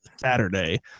Saturday